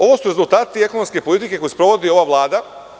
Ovo su rezultati ekonomske politike koju sprovodi ova Vlada.